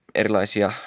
erilaisia